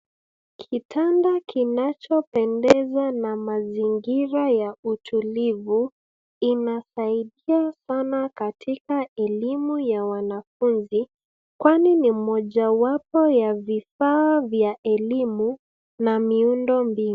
Kitanda kinachopendeza na mazingira ya utulivu inasaidia sana katika elimu ya wanafunzi kwani ni mojawapo ya vifaa vya elimu na miundo mbinu.